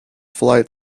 flight